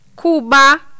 Cuba